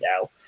now